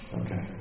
okay